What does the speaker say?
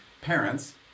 parents